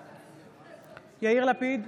בעד יאיר לפיד,